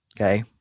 okay